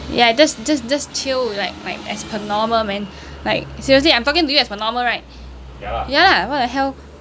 ya that's just just chill like like as per normal man like seriously I'm talking to you as per normal right ya lah what the hell